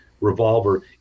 revolver